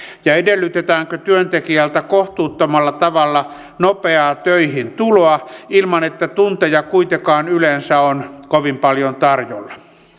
ja edellytetäänkö työntekijältä kohtuuttomalla tavalla nopeaa töihintuloa ilman että tunteja kuitenkaan yleensä on kovin paljon tarjolla